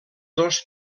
dos